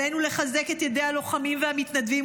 עלינו לחזק את ידי הלוחמים והמתנדבים,